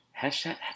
Hashtag